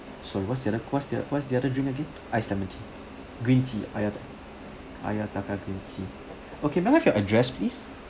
sorry what's the other what's the other what's the other drink again ice lemon tea green tea ayata~ ayataka green tea okay may I have your address please